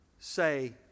say